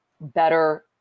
better